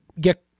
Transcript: get